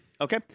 okay